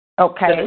Okay